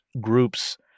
groups